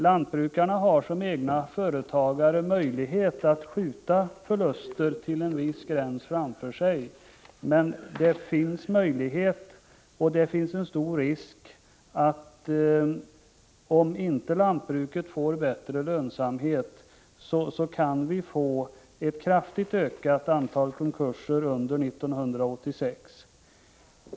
Lantbrukarna har som egenföretagare möjlighet att till en viss gräns skjuta förlusterna framför sig, men det finns en stor risk att om inte lantbruket får bättre lönsamhet, kan vi få ett kraftigt ökat antal konkurser under 1986.